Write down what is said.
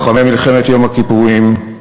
לוחמי מלחמת יום הכיפורים,